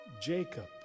Jacob